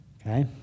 Okay